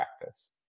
practice